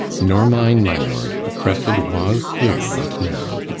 nor mine, my lord. cressid was here but now.